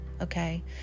Okay